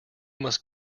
must